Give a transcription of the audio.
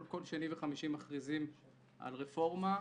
כל שני וחמישי מכריזים על רפורמה.